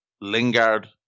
Lingard